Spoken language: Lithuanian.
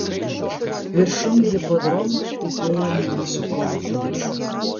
viršum hipodromo švytėjo mėnulio pjautuvas